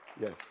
Yes